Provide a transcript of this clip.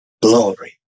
glory